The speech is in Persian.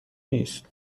نیست